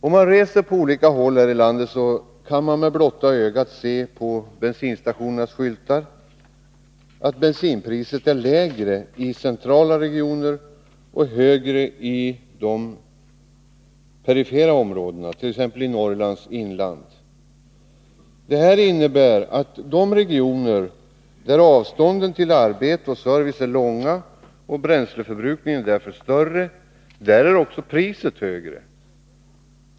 Om man reser på olika håll i landet kan man med blotta ögat se på bensinstationernas skyltar att bensinpriset är lägre i centrala regioner och högre de perifera områdena, t.ex. i Norrlands inland. Detta innebär att i de regioner där avstånden till arbete och service är långa och bränsleförbrukningen därför större, där är också priset högre.